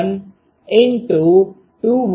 9 બને છે